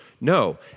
No